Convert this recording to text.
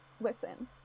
listen